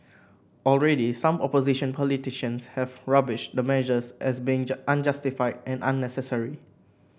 already some opposition politicians have rubbished the measures as being unjustified and unnecessary